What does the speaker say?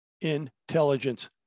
intelligence